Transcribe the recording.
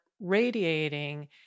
radiating